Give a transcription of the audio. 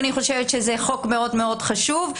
ואני חושבת שזה חוק מאוד מאוד חשוב,